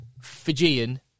Fijian